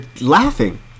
laughing